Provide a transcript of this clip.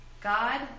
God